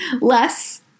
less